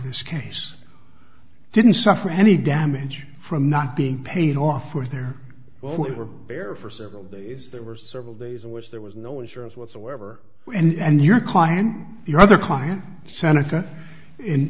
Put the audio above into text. this case didn't suffer any damage from not being pain or for their well we were there for several days there were several days in which there was no insurance whatsoever and your client your other client seneca in